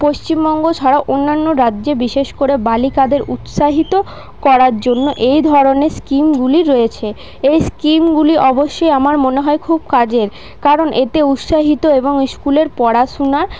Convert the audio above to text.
পশ্চিমবঙ্গ ছাড়া অন্যান্য রাজ্যে বিশেষ করে বালিকাদের উৎসাহিত করার জন্য এই ধরনের স্কীমগুলি রয়েছে এই স্কীমগুলি অবশ্যই আমার মনে হয় খুব কাজের কারণ এতে উৎসাহিত এবং স্কুলের পড়াশোনার